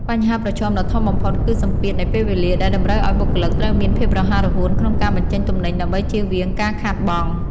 បញ្ហាប្រឈមដ៏ធំបំផុតគឺសម្ពាធនៃពេលវេលា ដែលតម្រូវឱ្យបុគ្គលិកត្រូវមានភាពរហ័សរហួនក្នុងការបញ្ចេញទំនិញដើម្បីចៀសវាងការខាតបង់។